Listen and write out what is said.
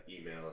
email